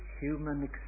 human